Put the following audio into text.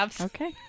okay